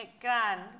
grand